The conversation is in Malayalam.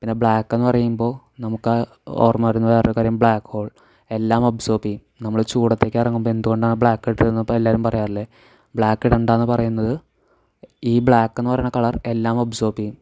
പിന്നെ ബ്ലാക്ക് എന്ന് പറയുമ്പോൾ നമുക്കാ ഓർമ വരുന്നത് വേര്എ ഒരു കാര്യം ബ്ളാക്ക് ഹോൾ എല്ലാം അബ്സോർബ് ചെയ്യും നമ്മൾ ചൂടത്തേക്ക് ഇറങ്ങുമ്പം എന്തുകൊണ്ടാണ് ബ്ലാക്ക് ഇടരുത് എന്ന് അപ്പോൾ എല്ലാവരും പറയാറില്ലേ ബ്ലാക്ക് ഇടേണ്ട എന്ന് പറയുന്നത് ഈ ബ്ലാക്ക് എന്ന് പറയുന്ന കളർ എല്ലാം അബ്സോർബ് ചെയ്യും